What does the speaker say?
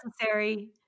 necessary